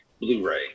Blu-ray